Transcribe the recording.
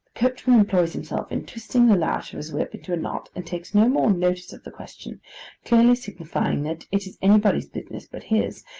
coachman employs himself in twisting the lash of his whip into a knot, and takes no more notice of the question clearly signifying that it is anybody's business but his,